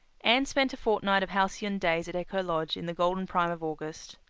anne spent a fortnight of halcyon days at echo lodge in the golden prime of august.